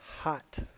hot